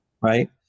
right